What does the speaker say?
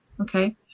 okay